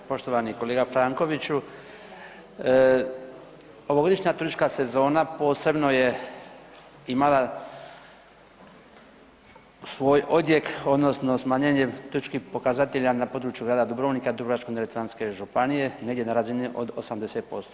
Poštovani kolega Frankoviću, ovogodišnja turistička sezona posebno je imala svoj odjek odnosno smanjenje … [[Govornik se ne razumije]] pokazatelja na području grada Dubrovnika i Dubrovačko-neretvanske županije negdje na razini od 80%